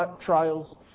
trials